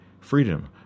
freedom